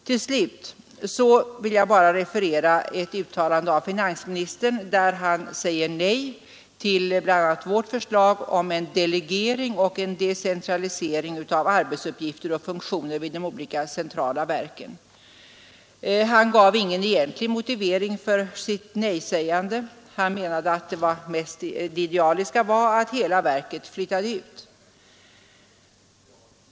Till slut vill jag bara referera ett uttalande av finansministern där han bl.a. säger nej till vårt förslag om en delegering och en decentralisering av arbetsuppgifter och funktioner vid de olika centrala verken. Han gav ingen egentlig motivering till sitt nejsägande. Han menade att det idealiska var att hela verket flyttade ut.